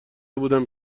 بودم